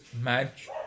match